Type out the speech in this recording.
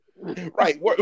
Right